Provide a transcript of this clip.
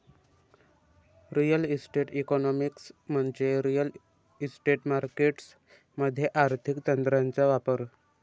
real estate economics म्हणजे real estate markets मध्ये आर्थिक तंत्रांचा वापर